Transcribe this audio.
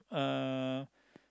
uh